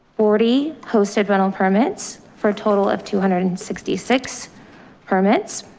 already hosted rental permits for a total of two hundred and sixty six permits.